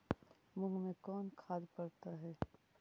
मुंग मे कोन खाद पड़तै है?